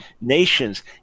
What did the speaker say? nations